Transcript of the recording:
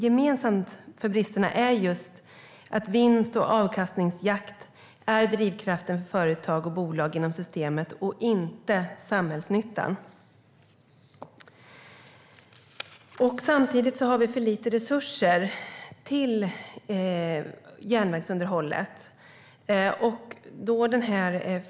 Gemensamt för bristerna är just att vinst och avkastningsjakt är drivkraften för företag och bolag inom systemet och inte samhällsnyttan. Samtidigt har vi för lite resurser till järnvägsunderhållet.